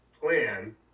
plan